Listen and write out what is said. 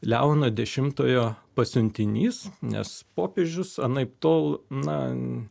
leono dešimtojo pasiuntinys nes popiežius anaiptol na